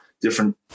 different